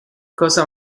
cosa